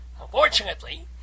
Unfortunately